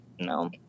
no